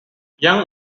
young